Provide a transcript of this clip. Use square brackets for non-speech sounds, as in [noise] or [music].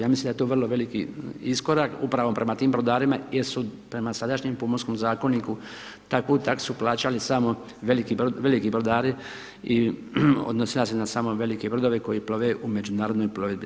Ja mislim da je to vrlo veliki iskorak upravo prema tim brodarima, jer su prema sadašnjem pomorskom zakoniku takvu praksu plaćali samo veliki brodari i … [unintelligible] samo na velike brodove koji plove u međunarodnoj plovidbi.